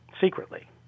secretly